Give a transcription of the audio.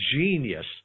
genius